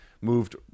moved